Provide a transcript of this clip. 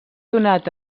donat